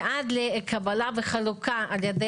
ועד לקבלה וחלוקה על ידי